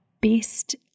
best